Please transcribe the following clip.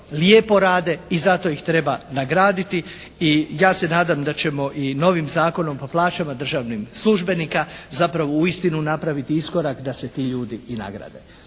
lijepo rade i zato ih treba nagraditi i ja se nadam da ćemo i novim Zakonom o plaćama državnim službenika zapravo uistinu napraviti iskorak da se ti ljudi i nagrade.